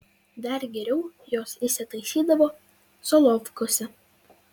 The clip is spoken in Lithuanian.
dar geriau jos įsitaisydavo solovkuose